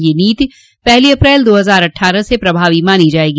यह नीति पहली अप्रैल दो हजार अट्ठारह से प्रभावी मानी जायेगी